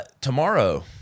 Tomorrow